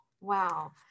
wow